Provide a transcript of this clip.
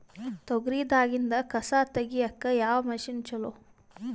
ತೊಗರಿ ದಾಗಿಂದ ಕಸಾ ತಗಿಯಕ ಯಾವ ಮಷಿನ್ ಚಲೋ?